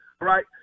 right